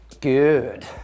Good